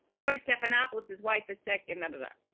george stephanopoulos's wife is sick, and and da